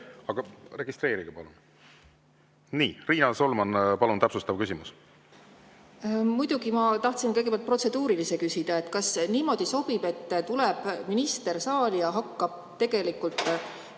Aga registreerige palun! Riina Solman, palun, täpsustav küsimus! Muidugi ma tahtsin kõigepealt protseduurilise küsimuse küsida, et kas nii sobib, et tuleb minister saali ja hakkab tegelikult